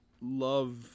love